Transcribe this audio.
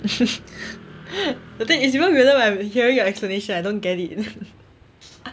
the thing it's even weirder when I'm hearing your explanation I don't get it